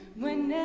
when